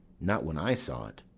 not when i saw't.